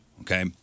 okay